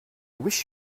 wish